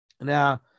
Now